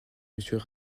monsieur